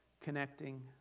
connecting